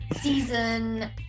season